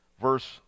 Verse